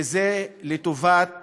וזה לטובת